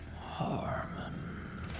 Harmon